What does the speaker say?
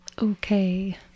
Okay